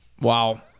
Wow